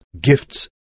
gifts